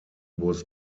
was